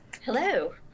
Hello